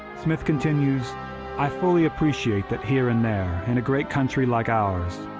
smith continues i fully appreciate that here and there, in a great country like ours,